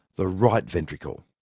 the right ventricle.